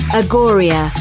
agoria